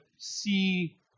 see